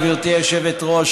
גברתי היושבת-ראש.